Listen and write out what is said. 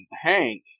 Hank